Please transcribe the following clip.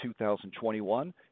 2021